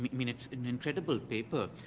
i mean it's an incredible paper.